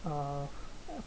uh